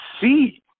see